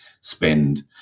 spend